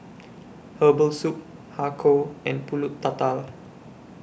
Herbal Soup Har Kow and Pulut Tatal